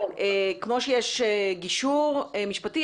כמו שיש גישור משפטי,